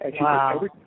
Wow